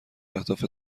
اهداف